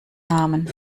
namen